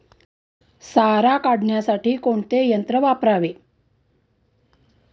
सारा काढण्यासाठी कोणते यंत्र वापरावे?